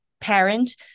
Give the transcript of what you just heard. parent